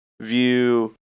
view